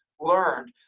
learned